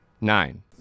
Nine